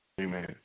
Amen